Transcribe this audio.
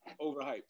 Overhyped